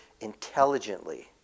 intelligently